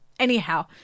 Anyhow